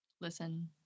listen